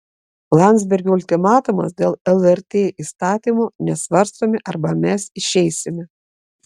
landsbergio ultimatumas dėl lrt įstatymo nesvarstome arba mes išeisime